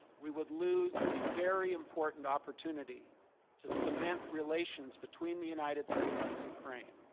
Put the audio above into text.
we would lose a very important opportunity to cement relations between the united states and ukraine.